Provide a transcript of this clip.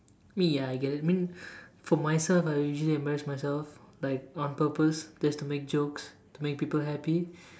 mean ya I get it mean for myself I usually embarrass myself like on purpose just to make jokes to make people happy